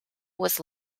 was